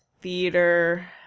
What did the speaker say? theater